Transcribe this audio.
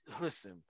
listen